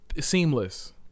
Seamless